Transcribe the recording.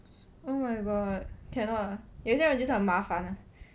oh my god cannot lah 等一下人家讲麻烦